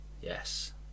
Yes